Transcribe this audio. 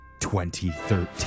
2013